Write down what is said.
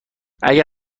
اگر